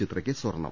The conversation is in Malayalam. ചിത്രയ്ക്ക് സ്വർണം